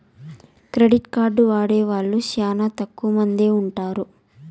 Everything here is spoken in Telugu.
క్రెడిట్ కార్డు వాడే వాళ్ళు శ్యానా తక్కువ మందే ఉంటారు